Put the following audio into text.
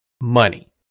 money